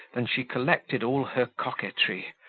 than she collected all her coquetry,